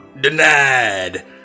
Denied